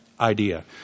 idea